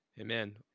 Amen